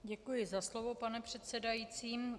Děkuji za slovo, pane předsedající.